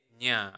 nya